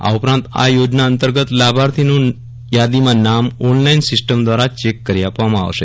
આ ઉપરાંત આ યોજના અંતર્ગત લાભાર્થી નું યાદીમાં નામ ઓનલાઈન સીસ્ટમ દ્વારા ચેક કરી આપવામાં આવશે